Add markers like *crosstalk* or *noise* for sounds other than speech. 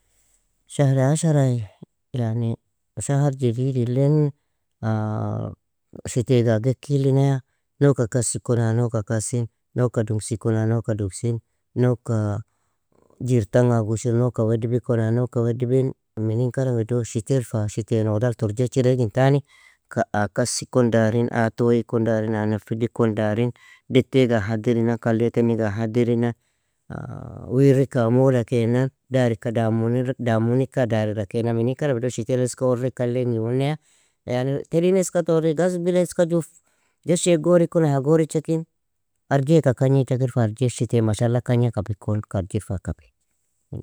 شهر عشرة, يعني شهر jedidilin, *hesitation* shiteiga ag ikilinaya, nougka kasi kon aa nougka kasin, nougka dungsi kon, aa nougka dugsin, nougka *hesitation* jirtanga ag ushir, nougka wadibe kon, aa nougka wadibin, minin karamido? Shiteel fa shiteen odal turjechire igintani, aa kasi kon darin, aa twiy kon darin, aa nefidi kon dariin, detee ga hadirina, kalee tenig aa hadirina, *hesitation* wirik aa molakena, darika damunir damunika darirakena, minin karamido? Shitel eska orrek, kalingmuneya, yani terin eska tori, gazbile eska ju fe geshi gore kon, ha gorecha kin, arje eaka kagnicha kir fa arjee shitel mashalla kagna kabikon, karjir fa kabi